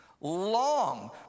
long